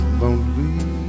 lonely